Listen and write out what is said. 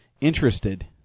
interested